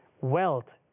wealth